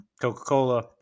Coca-Cola